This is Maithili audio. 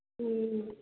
हँ